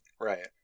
right